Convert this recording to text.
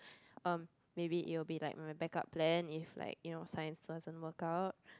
um maybe it'll be like my back up plan if like you know science doesn't work out